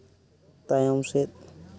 ᱛᱟᱭᱚᱢ ᱥᱮᱫ